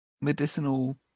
medicinal